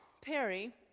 Perry